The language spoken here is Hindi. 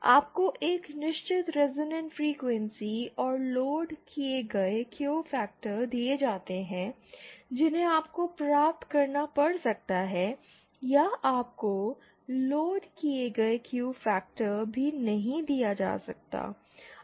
आपको एक निश्चित रिजोनेंट फ्रीक्वेंसी और लोड किए गए Q फैक्टर दिए जाते हैं जिन्हें आपको प्राप्त करना पड़ सकता है या आपको लोड किए गए Q फैक्टर भी नहीं दिया जा सकता है